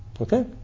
Okay